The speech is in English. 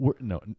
No